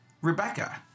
Rebecca